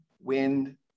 wind